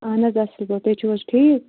اَہن حظ اَصٕل پٲٹھۍ تُہۍ چھُو حظ ٹھیٖک